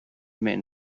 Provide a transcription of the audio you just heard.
men